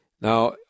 Now